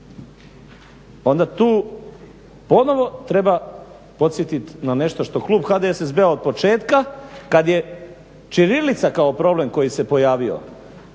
onda tu ponovo treba podsjetiti na nešto što klub HDSSB-a od početka kad je ćirilica kao problem koji se pojavio